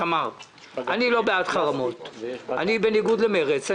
תמר, אני לא בעד חרמות, בניגוד למרצ.